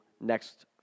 next